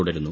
തുടരുന്നു